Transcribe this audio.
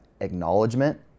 acknowledgement